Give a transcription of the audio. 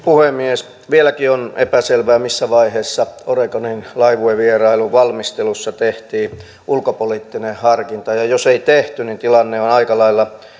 puhemies vieläkin on epäselvää missä vaiheessa oregonin laivuevierailun valmistelussa tehtiin ulkopoliittinen harkinta ja jos ei tehty niin tilanne on aika lailla